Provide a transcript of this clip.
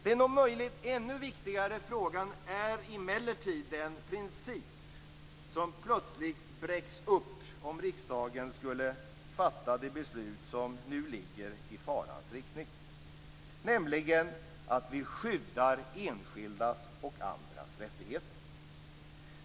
Den om möjligt ännu viktigare frågan är emellertid den princip som plötsligt bräcks upp om riksdagen skulle fatta det beslut som nu ligger i farans riktning, nämligen att vi skyddar enskildas och andras rättigheter.